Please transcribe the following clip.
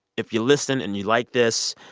if you listen and you like this,